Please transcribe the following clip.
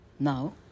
Now